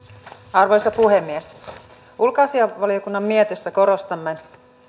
arvoisa puhemies ulkoasiainvaliokunnan mietinnössä korostamme